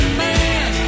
man